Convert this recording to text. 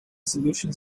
solution